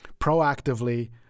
proactively